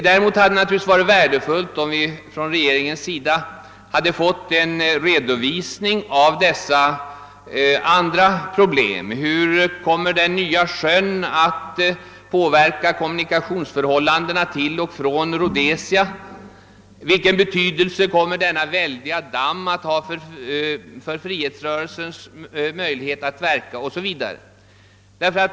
Det hade naturligtvis varit värdefullt om regeringen hade lämnat en redovisning av en del andra problem, t.ex. hur den nya sjön kommer att påverka kommunikationerna till och från Rhodesia, vilken betydelse denna väldiga damm kommer att få för frihetsrörelsens möjlighet att verka o.s.v.